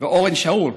ואורון שאול,